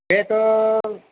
बेथ'